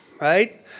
right